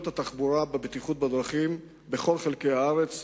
התחבורה לבטיחות בדרכים בכל חלקי הארץ,